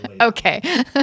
Okay